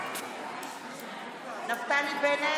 אז 65 בעד, חבר הכנסת ביטון,